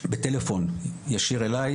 בטלפון ישיר אליי: